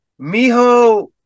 Mijo